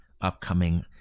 upcoming